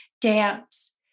dance